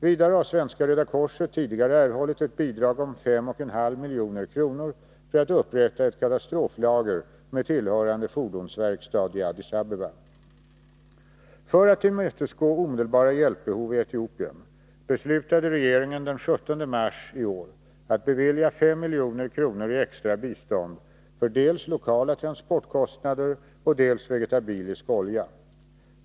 Vidare har Svenska röda korset tidigare erhållit ett bidrag om 5,5 milj.kr. för att upprätta ett katastroflager med tillhörande fordonsverkstad i Addis Abeba. För att tillmötesgå omedelbara hjälpbehov i Etiopien beslutade regeringen den 17 mars i år att bevilja 5 milj.kr. i extra bistånd för dels lokala transportkostnader, dels vegetabilisk olja.